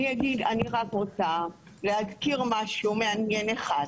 אני רק רוצה להזכיר משהו מעניין אחד.